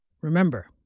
Remember